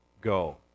go